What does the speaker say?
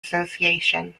association